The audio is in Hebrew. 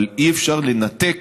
אבל אי-אפשר לנתק